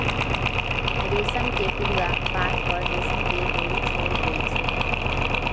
रेशम के पिलुआ पात पर रेशम के डोरी छोर देई छै